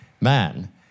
man